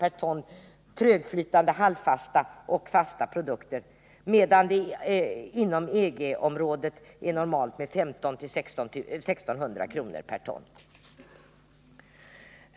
per ton trögflytande, halvfasta och fasta produkter, medan det inom EG-området är normalt med 1 500-1 600 kr. per ton.